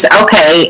okay